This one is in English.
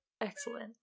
Excellent